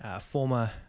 former